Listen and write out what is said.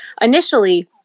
Initially